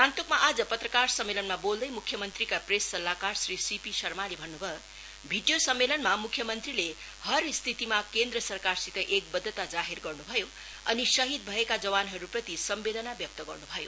गान्तोकमा आज पत्रकार सम्मेलनमा बेल्दै मुख्य मंत्रीका प्रेस सल्लाहकार श्री सिपी शर्माले भन्नुभयो भिडियो सम्मेलनमा मुख्य मंत्रीले हर स्थितिमा केन्द्र सरकारसित एकवद्धता जाहेर गर्नु भयो अनि शहीद भएका जवानहरुप्रति सम्वेदना व्यक्त गर्नु भयो